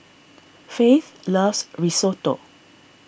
Faith loves Risotto